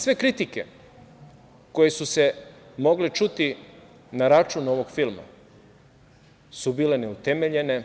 Sve kritike koje su se mogle čuti na račun ovog filma su bile neutemeljene,